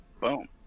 Boom